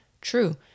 true